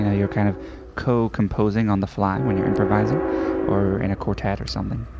ah you're kind of co-composing on the fly when you're improvising or in a quartet or something.